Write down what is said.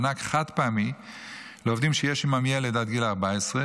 מענק חד-פעמי לעובדים שיש עימם ילד עד גיל 14,